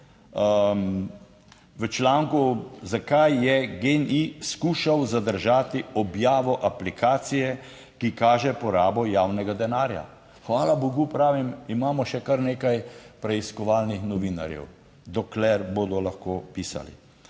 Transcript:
v članku, Zakaj je GEN-I skušal zadržati objavo aplikacije, ki kaže porabo javnega denarja. Hvala bogu, pravim, imamo še kar nekaj preiskovalnih novinarjev, dokler bodo lahko pisali.